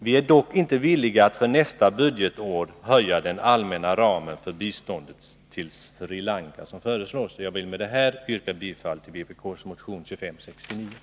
Vi är dock inte beredda att för nästa budgetår höja den allmänna ramen för biståndet till Sri Lanka, som föreslås här. Med detta yrkar jag bifall till vpk:s motion 2569.